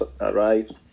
arrived